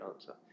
answer